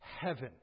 Heaven